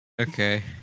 Okay